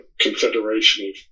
confederation